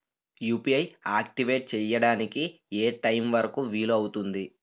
UPI activate చెయ్యడానికి ఏ time వరుకు వీలు అవుతుంది?